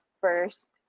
first